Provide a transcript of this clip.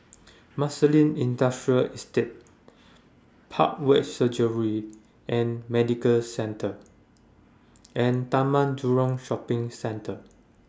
Marsiling Industrial Estate Parkway Surgery and Medical Centre and Taman Jurong Shopping Centre